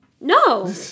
No